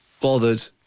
bothered